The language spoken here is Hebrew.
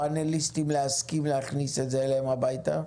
הפאנליסטים להסכים להכניס את זה אליהם הביתה?